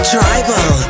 Tribal